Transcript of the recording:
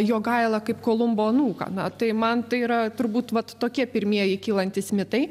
jogailą kaip kolumbo anūką na tai man tai yra turbūt vat tokie pirmieji kylantys mitai